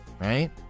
right